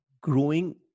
growing